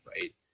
right